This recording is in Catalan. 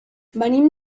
venim